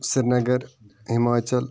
Srinagar Himachal